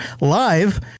live